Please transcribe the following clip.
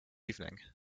evening